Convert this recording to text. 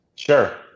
Sure